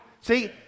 See